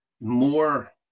more